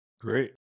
Great